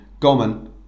Gomen